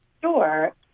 Sure